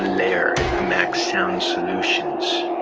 lair max sound solutions